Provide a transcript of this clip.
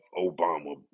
Obama